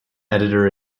editor